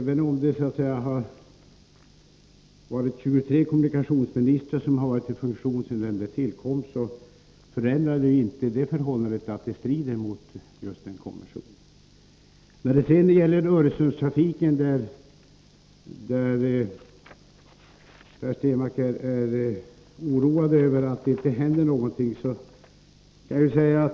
Att det varit 23 kommunikationsministrar i funktion sedan den tillkom förändrar inte det förhållandet att bestämmelsen strider emot konventionen. Per Stenmarck är oroad över att det inte händer någonting när det gäller Öresundstrafiken.